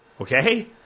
Okay